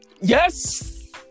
Yes